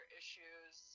issues